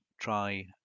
try